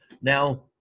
Now